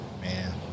Man